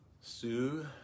Sue